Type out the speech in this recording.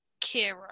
Kira